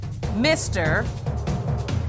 Mr